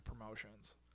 promotions